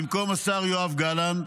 במקום השר יואב גלנט,